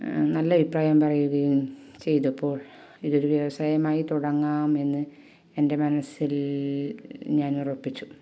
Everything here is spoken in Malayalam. നല്ല അഭിപ്രായം പറയുകയും ചെയ്തപ്പോൾ ഇതൊരു വ്യവസായമായി തുടങ്ങാമെന്ന് എൻ്റെ മനസ്സിൽ ഞാൻ ഉറപ്പിച്ചു